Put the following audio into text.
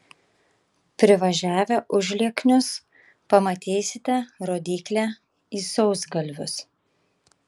privažiavę užlieknius pamatysite rodyklę į sausgalvius